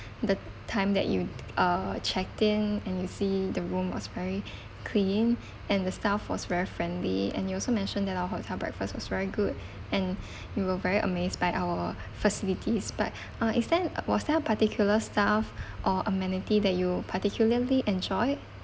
the time that you err checked in and you see the room was very clean and the staff was very friendly and you also mention that our hotel breakfast was very good and you were very amazed by our facilities but uh is there uh was there particular staff or amenity that you particularly enjoyed